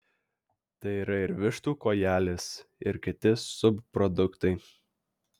tai yra ir vištų kojelės ir kiti subproduktai